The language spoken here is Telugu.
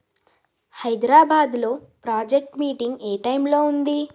హైద్రాబాదులో ప్రాజెక్ట్ మీటింగ్ ఏ టైంలో ఉంది